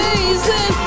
Amazing